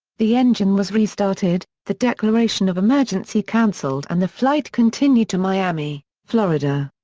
the engine was restarted, the declaration of emergency canceled and the flight continued to miami, florida.